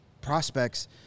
prospects